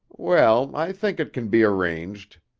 well, i think it can be arranged.